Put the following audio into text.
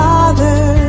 Father